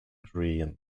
green